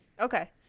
Okay